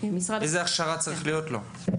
איזו הכשרה צריכה להיות לו?